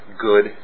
good